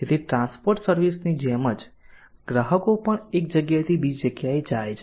તેથી transport service ની જેમ જ ગ્રાહકો પણ એક જગ્યાએથી બીજી જગ્યાએ જાય છે